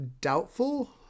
doubtful